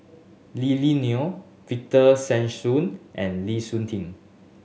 Lily Neo Victor Sassoon and Lee Suitin